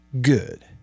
Good